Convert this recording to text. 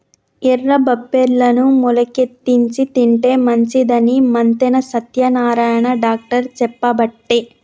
ఎర్ర బబ్బెర్లను మొలికెత్తిచ్చి తింటే మంచిదని మంతెన సత్యనారాయణ డాక్టర్ చెప్పబట్టే